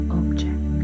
object